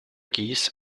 keys